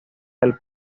del